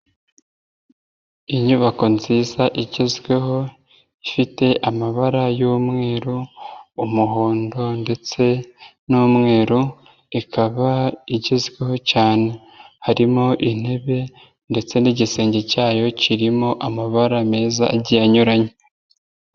Inyubako nziza igezweho ifite amabara y'umweru, umuhondo ndetse n'umweru ikaba igezweho cyane, harimo intebe ndetse n'igisenge cyayo kirimo amabara meza igiye anyuranye.